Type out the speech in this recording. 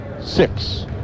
six